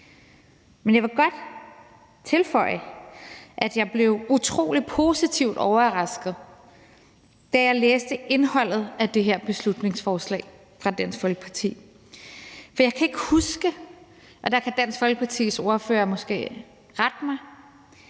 Men jeg vil godt tilføje, at jeg blev utrolig positivt overrasket, da jeg læste indholdet af det her beslutningsforslag fra Dansk Folkeparti. For jeg kan ikke huske – der kan Dansk Folkepartis ordfører måske rette mig